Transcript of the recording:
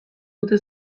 dute